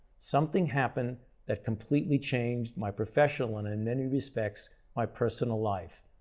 something happened that completely changed my professional and in many respects my personal life.